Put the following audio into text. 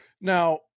Now